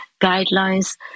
guidelines